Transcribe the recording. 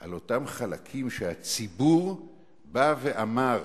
על אותם חלקים שהציבור בא ואמר: